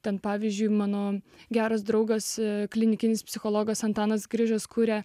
ten pavyzdžiui mano geras draugas klinikinis psichologas antanas grižas kuria